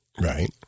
Right